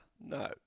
No